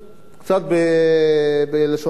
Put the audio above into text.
קצת, בלשון המעטה.